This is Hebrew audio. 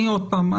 עוד פעם,